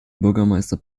bürgermeister